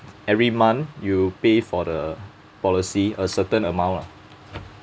every month you pay for the policy a certain amount lah